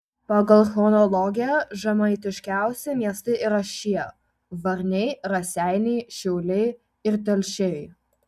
pagal chronologiją žemaitiškiausi miestai yra šie varniai raseiniai šiauliai ir telšiai